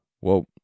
Well